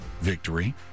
victory